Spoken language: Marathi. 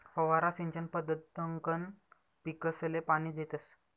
फवारा सिंचन पद्धतकंन पीकसले पाणी देतस